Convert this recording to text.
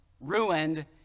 ruined